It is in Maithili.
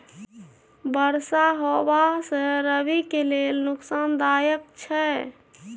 बरसा होबा से रबी के लेल नुकसानदायक छैय?